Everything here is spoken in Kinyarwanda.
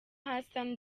hassan